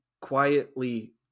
quietly